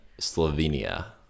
Slovenia